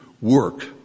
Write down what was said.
work